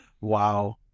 Wow